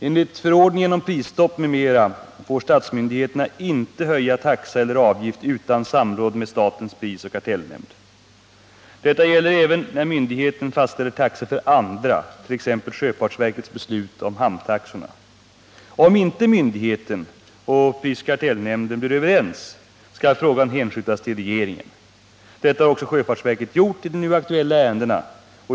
Enligt förordningen om prisstopp m.m. får statsmyndighet inte höja taxa eller avgift utan samråd med statens prisoch kartellnämnd . Detta gäller även när myndigheten fastställer taxor för andra, t.ex. sjöfartsverkets beslut om hamntaxorna. Om inte myndigheten och SPK blir överens, skall frågan hänskjutas till regeringen. Detta har också sjöfartsverket gjort i nu aktuella ärenden.